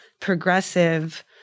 progressive